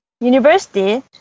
university